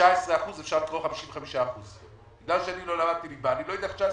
ל-19% אפשר לקרוא 55%. אדוני היושב-ראש,